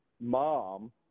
mom